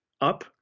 up